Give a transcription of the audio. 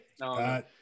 no